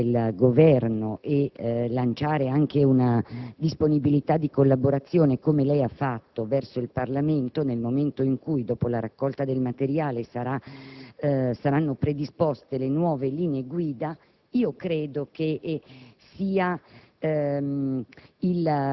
Avvertire questo da parte del Governo e lanciare anche una disponibilità di collaborazione - come lei ha fatto - verso il Parlamento nel momento in cui, dopo la raccolta del materiale, saranno predisposte le nuove linee guida, credo sia il tentativo